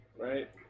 Right